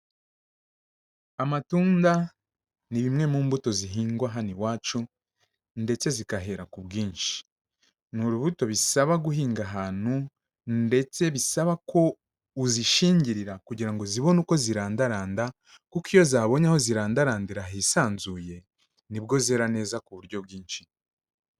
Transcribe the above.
Amatunda ni bimwe mu mbuto zihingwa hano iwacu ndetse zigahera ku bwinshi, ni urubuto bisaba guhinga ahantu ndetse bisaba ko uzishingirira kugira ngo zibone uko zirandaranda kuko iyo zahabonye aho zirandarandira hisanzuye, nibwo zera neza ku buryo bwinshi.